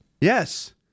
Yes